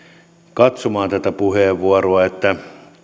katsomaan tätä puheenvuoroa että